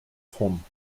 vorn